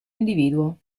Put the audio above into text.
individuo